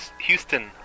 Houston